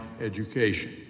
education